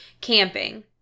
camping